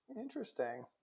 Interesting